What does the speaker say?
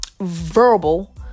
verbal